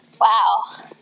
Wow